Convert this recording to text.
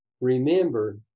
remember